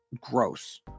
gross